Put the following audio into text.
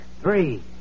Three